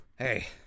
Hey